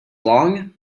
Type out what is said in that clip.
long